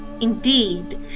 Indeed